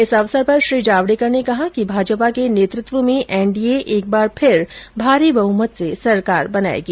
इस अवसर पर श्री जावडेकर ने कहा कि भाजपा के नेतृत्व में एनडीए एक बार फिर भारी बहमत से सरकार बनाएगा